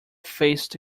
faced